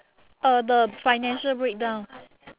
uh the financial breakdown